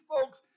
folks